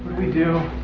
we do?